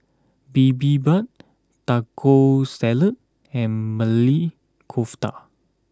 Bibimbap Taco Salad and Maili Kofta